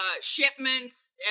shipments